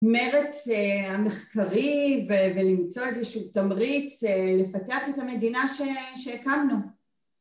מרץ המחקרי ולמצוא איזשהו תמריץ לפתח את המדינה שהקמנו